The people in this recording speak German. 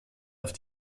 auf